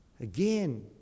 Again